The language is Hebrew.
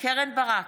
קרן ברק,